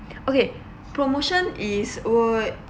okay promotion is would